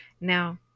now